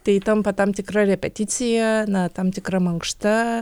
tai tampa tam tikra repeticija na tam tikra mankšta